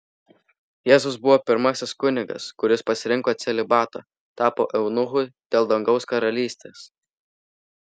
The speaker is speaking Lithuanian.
jėzus buvo pirmasis kunigas kuris pasirinko celibatą tapo eunuchu dėl dangaus karalystės